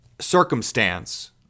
circumstance